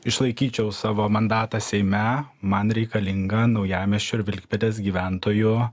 išlaikyčiau savo mandatą seime man reikalinga naujamiesčio ir vilkpėdės gyventojų